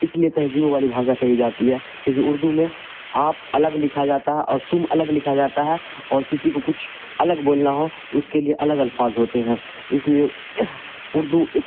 اس لیے تہذیبو والی بھاشا کہی جاتی ہے کیونکہ اردو میں آپ الگ لکھا جاتا ہے اور تم الگ لکھا جاتا ہے اور کسی کو کچھ الگ بولنا ہو تو اس کے لیے الگ الفاظ ہوتے ہیں اس لیے اردو اک